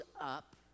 up